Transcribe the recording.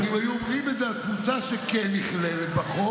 אבל אם היו אומרים את זה על קבוצה שכן נכללת בחוק,